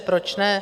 Proč ne?